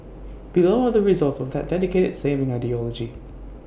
below are the results of that dedicated saving ideology